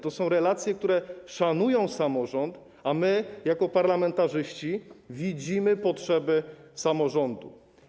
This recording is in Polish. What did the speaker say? To są relacje, w których szanuje się samorząd, a my jako parlamentarzyści widzimy potrzeby samorządów.